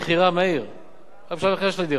רק בשלב המכירה של הדירה, בידי תושב חוץ,